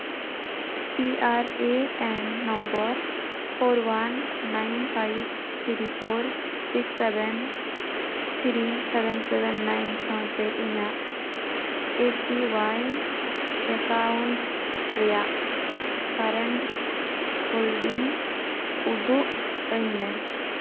P R A N number four one nine five three four six seven three seven seven nine ᱥᱟᱶᱛᱮ ᱤᱧᱟᱜ A P Y account ᱨᱮᱭᱟᱜ current holding ᱩᱫᱩᱜ ᱟᱹᱧᱢᱮ